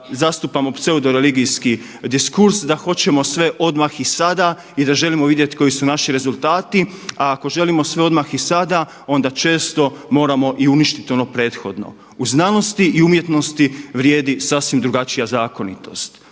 zastupamo pseudo religijski diskurs da hoćemo sve odmah i sada i da želimo vidjeti koji su naši rezultati. A ako želimo sve odmah i sada onda često moramo i uništiti ono prethodno. U znanosti i umjetnosti vrijedi sasvim drugačija zakonitost.